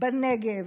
בנגב